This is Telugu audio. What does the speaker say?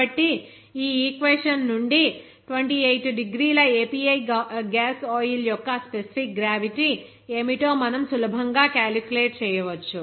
కాబట్టి ఈ ఈక్వేషన్ నుండి 28 డిగ్రీల API గ్యాస్ ఆయిల్ యొక్క స్పెసిఫిక్ గ్రావిటీ ఏమిటో మనం సులభంగా క్యాలిక్యులేట్ చేయవచ్చు